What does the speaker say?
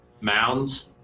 mounds